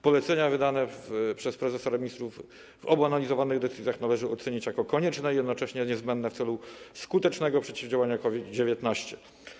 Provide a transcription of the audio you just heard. Polecenia wydane przez prezesa Rady Ministrów w obu analizowanych decyzjach należy ocenić jako konieczne i jednocześnie niezbędne w celu skutecznego przeciwdziałania COVID-19.